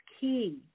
key